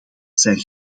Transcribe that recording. zijn